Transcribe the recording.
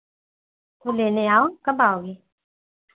तो लेने आओ कब आओगी